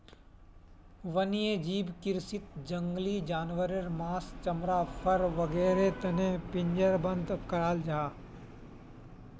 वन्यजीव कृषीत जंगली जानवारेर माँस, चमड़ा, फर वागैरहर तने पिंजरबद्ध कराल जाहा